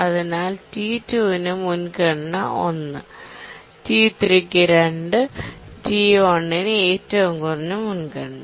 അതിനാൽ T2 ന് മുൻഗണന 1 T3 ന് മുൻഗണന 2 T1 ന് ഏറ്റവും കുറഞ്ഞ മുൻഗണന